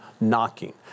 knocking